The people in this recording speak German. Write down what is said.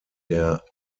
der